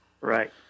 Right